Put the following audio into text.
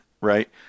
right